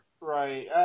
Right